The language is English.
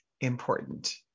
important